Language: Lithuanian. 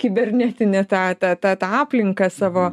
kibernetinę tą tą tą tą aplinką savo